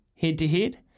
head-to-head